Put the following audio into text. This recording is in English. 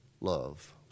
love